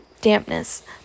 dampness